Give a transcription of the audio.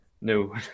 No